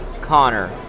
Connor